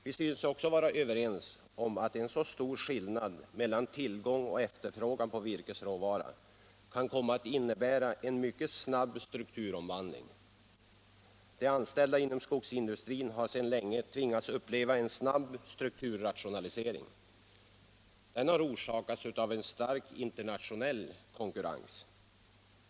Vi synes också vara överens om att en så stor skillnad mellan tillgång och efterfrågan på virkesråvara kan komma att innebära en mycket snabb strukturomvandling. De anställda inom skogsindustrin har sedan länge tvingats uppleva en snabb strukturrationalisering. Den har orsakats av en stark internationell konkurrens.